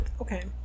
okay